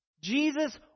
Jesus